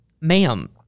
Ma'am